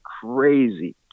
crazy